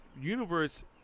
universe